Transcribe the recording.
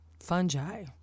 Fungi